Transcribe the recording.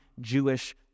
Jewish